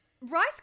Rice